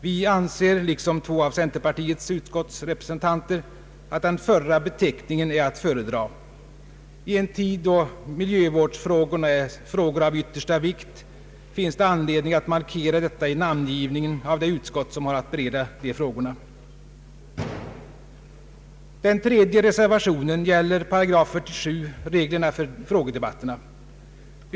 Vi anser liksom två av centerpartiets utskottsrepresentanter att den förra beteckningen är att föredra. I en tid då miljövårdsfrågorna är av yttersta vikt, finns det anledning att markera detta i namngivningen av det utskott som har att bereda de frågorna. Den tredje reservationen gäller 48 8, reglerna för frågedebatterna.